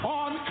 on